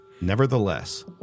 Nevertheless